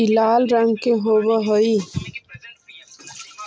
ई लाल रंग के होब हई